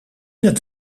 het